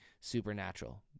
supernatural